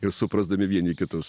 ir suprasdami vieni kitus